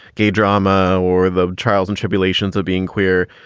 gay drama or the trials and tribulations of being queer.